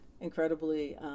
incredibly